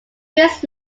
this